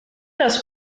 das